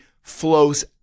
flows